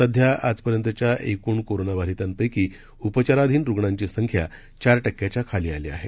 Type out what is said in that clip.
सध्या आजपर्यंतच्या एकूण कोरोनाबाधितांपैकी उपचाराधीन रुग्णांची संख्या चार टक्क्याच्या खाली आली आहे